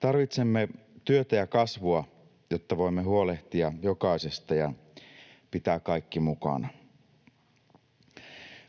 Tarvitsemme työtä ja kasvua, jotta voimme huolehtia jokaisesta ja pitää kaikki mukana.